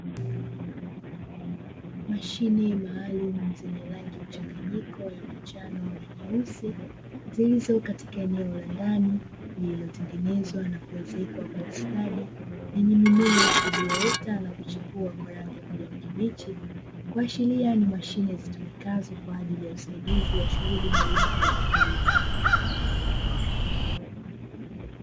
Mashine maalumu zenye rangi mchanganyiko ya manjano na nyeusi zilizo katika eneo la ndani lililotengenezwa na kuezekwa kwa stadi na yenye mimea iliyoota na kuchipua kwa rangi ya kijani kibichi kuashiria ni mashine zitumikazo kwa ajili ya usaidizi wa shughuli mbalimbali za kilimo.